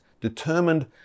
determined